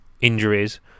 injuries